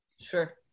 Sure